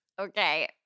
Okay